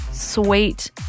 sweet